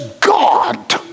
God